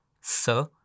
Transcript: Sir